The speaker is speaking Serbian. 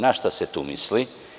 Na šta se tu misli?